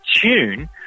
tune